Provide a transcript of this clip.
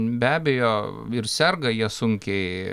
be abejo ir serga jie sunkiai